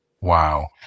Wow